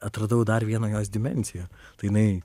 atradau dar vieną jos dimensiją tai jinai